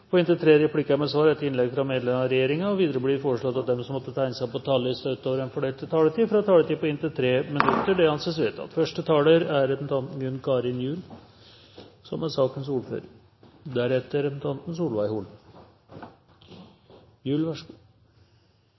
på inntil tre replikker med svar etter innlegg fra medlem av regjeringen innenfor den fordelte taletid. Videre blir det foreslått at de som måtte tegne seg på talerlisten utover den fordelte taletid, får en taletid på inntil 3 minutter. – Det anses vedtatt. Stortinget vedtar i kveld en helt ny lov som